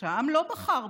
שהעם לא בחר בך,